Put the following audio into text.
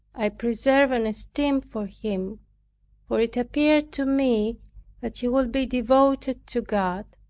i preserved an esteem for him for it appeared to me that he would be devoted to god